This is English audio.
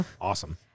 awesome